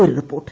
ഒരു റിപ്പോർട്ട്